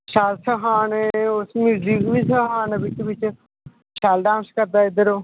शैल सखाऽ ने म्युजिक बी सखाऽ नै बिच्च बिच्च शैल डांस करदा इध्दर ओह्